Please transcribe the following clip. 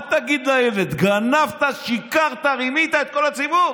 מה תגיד לילד, גנבת, שיקרת, רימית את כל הציבור?